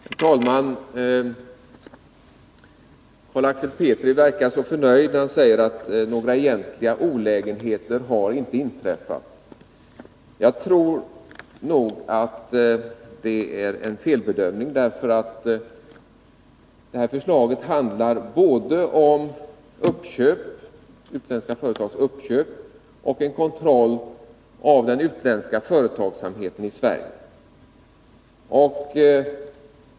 Herr talman! Carl Axel Petri verkar så förnöjd när han säger att några egentliga olägenheter inte har inträffat. Jag tror att det är en felbedömning. Det här förslaget handlar både om uppköp av svenska företag och om kontroll av de utländska företagens verksamhet i Sverige.